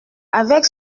avec